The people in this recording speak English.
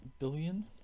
billion